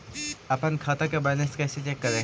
अपन खाता के बैलेंस कैसे चेक करे?